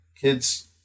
kids